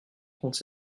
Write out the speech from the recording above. compte